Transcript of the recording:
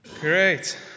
Great